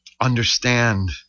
understand